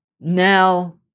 Now